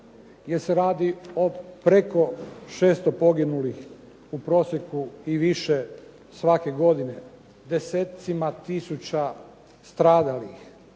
jer se radi o preko 600 poginulih u prosjeku i više svake godine, desecima tisuća stradalih.